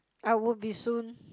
I would be soon